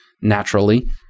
naturally